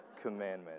commandment